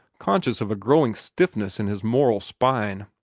conscious of a growing stiffness in his moral spine.